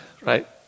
right